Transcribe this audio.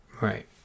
right